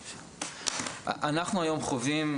אנחנו היום חווים,